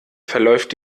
verläuft